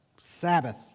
Sabbath